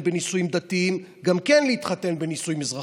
בנישואים דתיים להתחתן בנישואין אזרחיים,